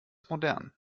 modern